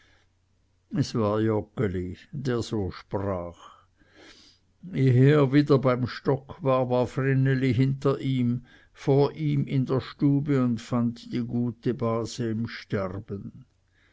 es war joggeli der so sprach ehe er wieder beim stock war war vreneli hinter ihm vor ihm in der stube und fand die gute base im sterben